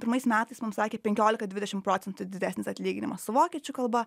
pirmais metais mums sakė penkiolika dvidešim procentų didesnis atlyginimas su vokiečių kalba